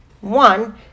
One